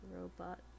robot